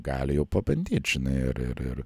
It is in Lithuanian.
gali jau pabandyt žinai ir ir ir